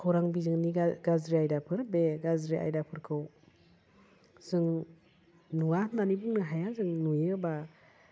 खौरां बिजोंनि गाज्रि आयदाफोर बे गाज्रि आयदाफोरखौ जों नुवा होन्नानै बुंनो हाया जों नुयोबा